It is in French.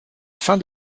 fin